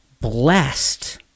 Blessed